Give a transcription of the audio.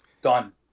done